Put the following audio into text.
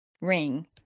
ring